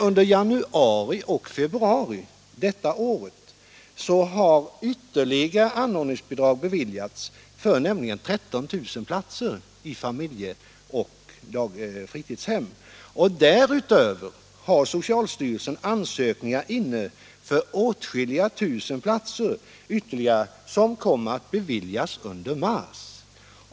Under januari och februari detta år har ytterligare anordningsbidrag beviljats för 13 000 platser i familjeoch fritidshem, och därutöver har socialstyrelsen ansökningar inne för åtskilliga tusen platser vilka kommer att beviljas under mars.